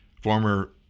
former